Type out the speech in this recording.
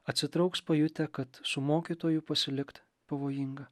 atsitrauks pajutę kad su mokytoju pasilikt pavojinga